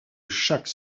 chaque